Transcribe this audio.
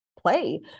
Play